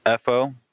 FO